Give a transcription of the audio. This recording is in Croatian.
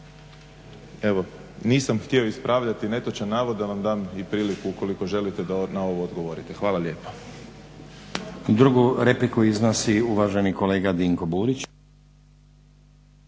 Evo nisam htio ispravljati netočan navod da vam dam i priliku ukoliko želite da na ovo odgovorite. Hvala lijepa.